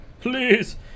Please